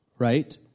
right